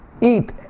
eat